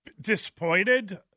disappointed